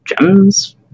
gems